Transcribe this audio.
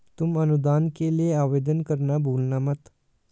तुम अनुदान के लिए आवेदन करना भूलना मत